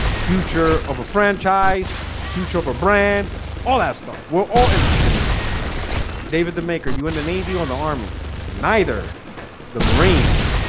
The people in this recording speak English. future of a franchise future of a brand all that stuff. we're all interested in that david the maker you and the navy on the army neither the marines.